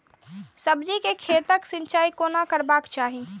सब्जी के खेतक सिंचाई कोना करबाक चाहि?